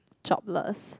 jobless